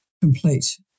complete